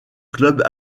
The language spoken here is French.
clubs